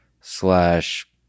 slash